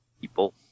people